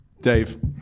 Dave